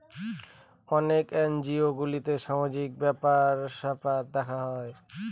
অনেক এনজিও গুলোতে সামাজিক ব্যাপার স্যাপার দেখা হয়